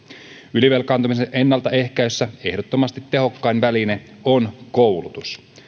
ylivelkaantumisen ennaltaehkäisyssä ehdottomasti tehokkain väline on koulutus